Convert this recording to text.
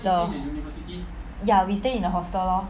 the ya we stay in hostel lor